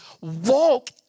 Walk